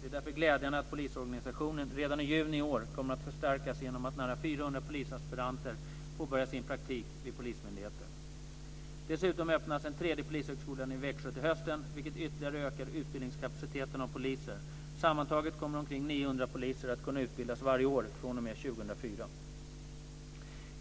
Det är därför glädjande att polisorganisationen redan i juni i år kommer att förstärkas genom att nära 400 polisaspiranter påbörjar sin praktik vid polismyndigheter. Dessutom öppnas en tredje polishögskola i Växjö till hösten, vilket ytterligare ökar utbildningskapaciteten av poliser. Sammantaget kommer omkring 900 poliser att kunna utbildas varje år fr.o.m. 2004.